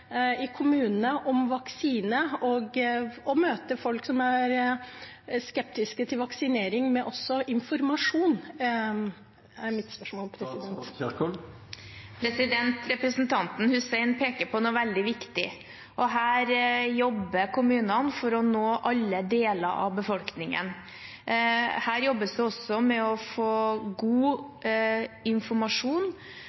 i kommunene om vaksinen – for også å møte folk som er skeptiske til vaksinering, med informasjon? Representanten Hussein peker på noe veldig viktig, og kommunene jobber for å nå alle deler av befolkningen. Det jobbes med å få god informasjon og også å få